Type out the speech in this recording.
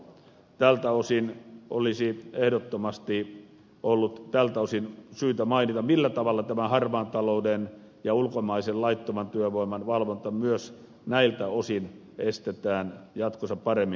tältä osin olisi ehdottomasti ollut syytä mainita millä tavalla tämä harmaan talouden ja ulkomaisen laittoman työvoiman valvonta myös näiltä osin estetään jatkossa paremmin